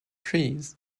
trees